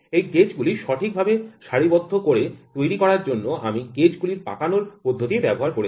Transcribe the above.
এই গেজ গুলি সঠিকভাবে সারিবদ্ধ করে তৈরি করা জন্য আমি গেজগুলির পাকানোর পদ্ধতি ব্যবহার করেছি